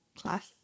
class